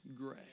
Gray